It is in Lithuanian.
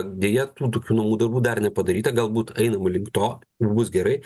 deja tų tokių namų darbų dar nepadaryta galbūt einama link to bus gerai